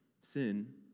sin